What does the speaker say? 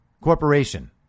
corporation